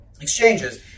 exchanges